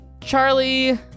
charlie